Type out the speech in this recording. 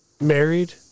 Married